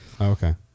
Okay